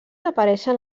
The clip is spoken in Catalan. apareixen